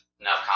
enough